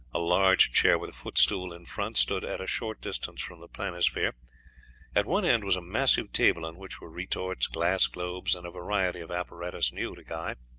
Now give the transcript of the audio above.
a large chair with a footstool in front stood at a short distance from the planisphere at one end was a massive table on which were retorts, glass globes, and a variety of apparatus new to guy.